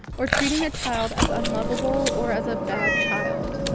or treating the child as unlovable or as a bad child.